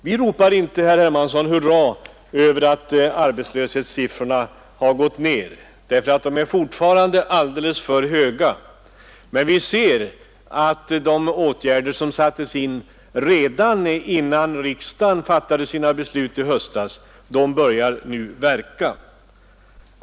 Vi ropar inte hurra för att arbetslöshetssiffrorna har gått ned — men vi säger att de åtgärder som sattes in redan innan riksdagen fattade sina beslut i höstas nu börjar verka.